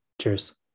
Cheers